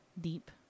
Deep